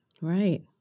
right